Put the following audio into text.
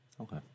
Okay